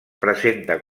presenta